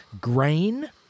grain